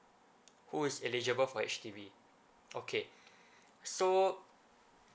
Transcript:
who is eligible for H_D_B okay so